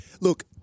look